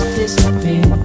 disappear